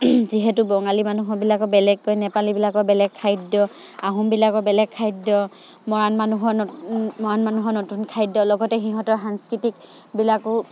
যিহেতু বঙালী মানুহবিলাকৰ বেলেগকৈ নেপালীবিলাকৰ বেলেগ খাদ্য আহোমবিলাকৰ বেলেগ খাদ্য মৰাণ মানুহৰ নতুন মৰাণ মানুহৰ নতুন খাদ্য লগতে সিহঁতৰ সাংস্কৃতিকবিলাকো